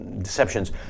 deceptions